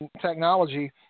technology